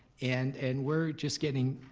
and and we're just getting